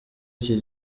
iki